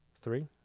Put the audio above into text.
Three